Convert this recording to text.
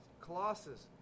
Colossus